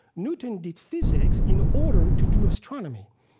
newton did physics in order to do astronomy.